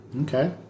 Okay